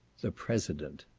the president